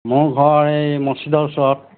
মোৰ ঘৰ এই মছজিদৰ ওচৰত